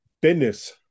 business